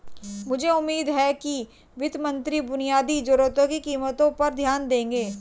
मुझे उम्मीद है कि वित्त मंत्री बुनियादी जरूरतों की कीमतों पर ध्यान देंगे